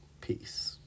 Peace